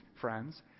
friends